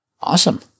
Awesome